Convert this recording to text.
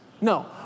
No